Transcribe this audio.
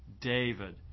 David